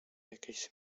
jakieś